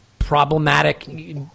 Problematic